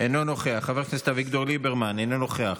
אינו נוכח, חבר הכנסת אביגדור ליברמן, אינו נוכח,